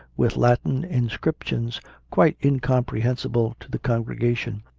with latin inscrip tions quite incomprehensible to the congregation.